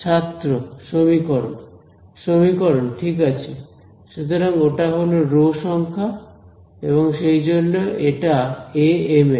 ছাত্র সমীকরণ সমীকরণ ঠিক আছে সুতরাং ওটা হল রো সংখ্যা এবং সেই জন্য এটা amn